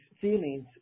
feelings